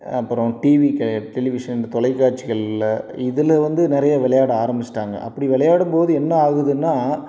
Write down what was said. அப்புறம் TV television தொலைக்காட்சிகளில் இதில் வந்து நிறைய வெளையாட ஆரம்பித்துட்டாங்க அப்படி விளையாடும் போது என்ன ஆகுதுன்னா